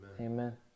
Amen